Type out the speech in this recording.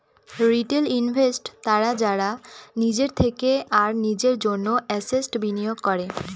retail investors তারা যারা নিজের থেকে আর নিজের জন্য এসেটস বিনিয়োগ করে